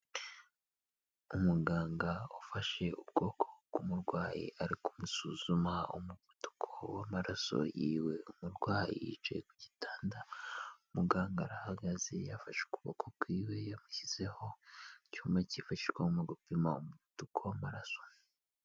Umuganga ufashe ukuboko k'umurwayi ari kumusuzuma umuvuduko w'amaraso yiwe, umurwayi yicaye ku gitanda, muganga arahagaze, yafashe ukuboko kwiwe, yamushyizeho icyuma cyifashishwa mu gupima umuvuduko w'amaraso.